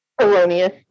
erroneous